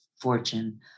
fortune